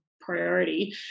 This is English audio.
priority